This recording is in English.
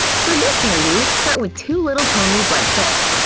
for this hairdo, start with two little ponies like this.